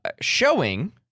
showing